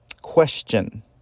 question